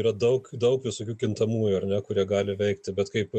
yra daug daug visokių kintamųjų kurie gali veikti bet kaip